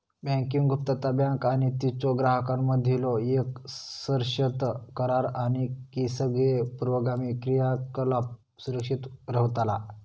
banking गुप्तता, bank आणि तिच्यो ग्राहकांमधीलो येक सशर्त करार असा की सगळे पूर्वगामी क्रियाकलाप सुरक्षित रव्हतला